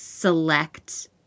select